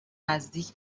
نزدیک